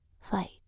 fight